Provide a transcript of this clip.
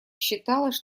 считалось